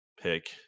pick